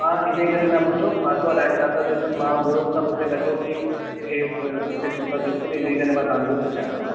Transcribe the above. मां इन करे न पुछियो मां चयो अलाए छा था ॾिसनि मां वयुमि त मूंखे लॻियो भाई हे मूंखे छो था ॾिसनि इन करे मां तव्हांखां पुछियां पियो